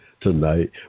tonight